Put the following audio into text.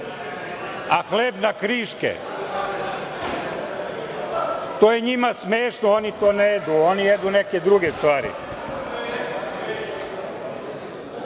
a hleb na kriške. To je njima smešno, oni to ne jedu, oni jedu neke druge stvari. Vrhunac